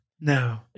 No